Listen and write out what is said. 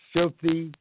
Filthy